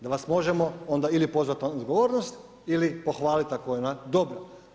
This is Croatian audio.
Da vas možemo onda, ili pozvati na odgovornost ili pohvaliti ako je ona dobra.